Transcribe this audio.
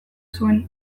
zuen